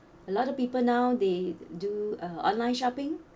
a lot of people now they do uh online shopping